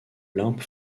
limbe